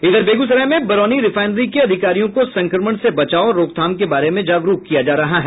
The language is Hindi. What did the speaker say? इधर बेगूसराय में बरौनी रिफायनरी के अधिकारियों को संक्रमण से बचाव और रोकथाम के बारे में जागरूक किया जा रहा है